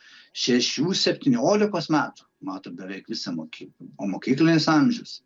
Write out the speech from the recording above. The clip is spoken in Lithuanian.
šešių septyniolikos metų matom beveik visa mokykla o mokyklinis amžius